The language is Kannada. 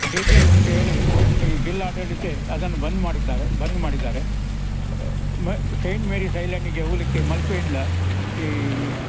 ಡೇಂಜರ್ ಉಂಟು ಹೇಳಿ ಈ ಜಿಲ್ಲಾಡಳಿತ ಅದನ್ನು ಬಂದ್ ಮಾಡಿದ್ದಾರೆ ಬಂದ್ ಮಾಡಿದ್ದಾರೆ ಮ ಸೈಂಟ್ ಮೇರೀಸ್ ಐಲ್ಯಾಂಡಿಗೆ ಹೋಗಲಿಕ್ಕೆ ಮಲ್ಪೆಯಿಂದ ಈ